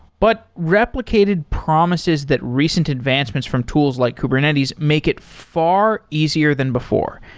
but replicated promises that recent advancements from tools like kubernetes make it far easier than before,